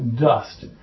dust